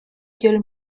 joel